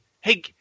hey